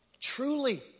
truly